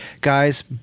Guys